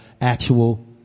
actual